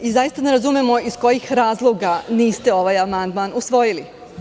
Zaista ne razumemo iz kojih razloga niste ovaj amandman usvojili.